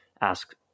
ask